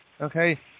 Okay